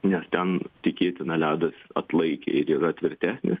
nes ten tikėtina ledas atlaikė ir yra tvirtesnis